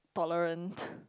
tolerant